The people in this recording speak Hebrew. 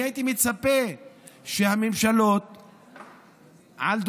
אני הייתי מצפה שהממשלות לדורותיהן,